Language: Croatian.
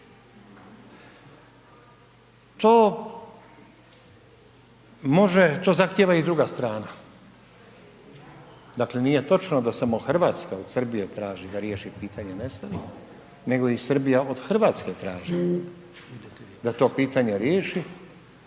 To može, to zahtjeva i druga strana. Dakle nije točno da samo Hrvatska od Srbije traži da riješi pitanje nestalih, nego i Srbija od Hrvatske traži da to pitanje riješi